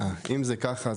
אם זה ככה,